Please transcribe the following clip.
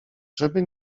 żeby